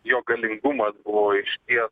jo galingumas buvo išties